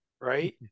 right